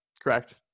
Correct